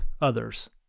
others